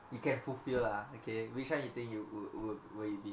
you can fulfil lah okay which one you think you would would would it be